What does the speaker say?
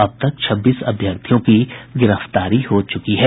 अब तक छब्बीस फर्जी अभ्यर्थियों की गिरफ्तारी हो चुकी है